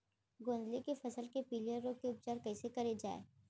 गोंदली के फसल के पिलिया रोग के उपचार कइसे करे जाये?